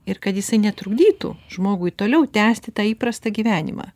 ir kad jisai netrukdytų žmogui toliau tęsti tą įprastą gyvenimą